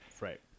Right